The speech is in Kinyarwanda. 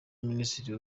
minisitiri